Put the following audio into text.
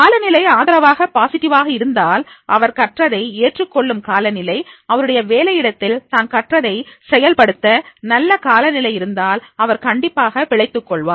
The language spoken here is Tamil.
காலநிலை ஆதரவாக பாசிட்டிவாக இருந்தால் அவர் கற்றதை ஏற்றுக்கொள்ளும் காலநிலை அவருடைய வேலையிடத்தில் தான் கற்றதை செயல்படுத்த நல்ல காலநிலை இருந்தால் அவர் கண்டிப்பாக பிழைத்துக் கொள்வார்